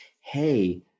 hey